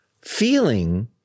feeling